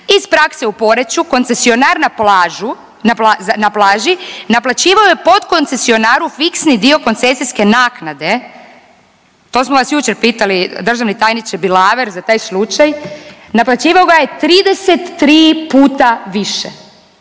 Iz prakse u Poreču koncesionar na plažu, na plaži naplaćivao je podkoncesionaru fiksni dio koncesijske naknade, to smo vas jučer pitali, državni tajniče Bilaver, za taj slučaj, naplaćivao ga je 33 puta više.